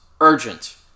urgent